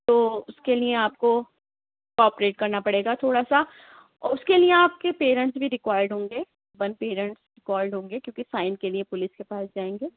تو اُس کے لیے آپ کو کوآپریٹ کرنا پڑے گا تھوڑا سا اُس کے لیے آپ کے پیرنٹس بھی رکوائرڈ ہوں گے ون پیرنٹس کالڈ ہوں گے کیونکہ سائن کے لیے پولیس کے پاس جائیں گے